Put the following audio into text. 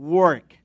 work